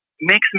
makes